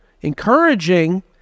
Encouraging